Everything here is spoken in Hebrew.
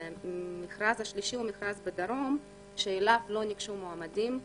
המכרז השלישי הוא מכרז בדרום שאליו לא ניגשו מועמדים,